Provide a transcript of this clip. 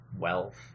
wealth